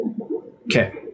Okay